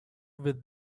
with